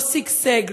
לא שגשג,